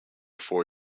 four